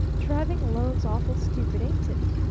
traveling alone's awful stupid, ain't it?